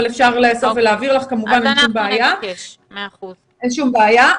אפשר להביא, כמובן, אין שום בעיה.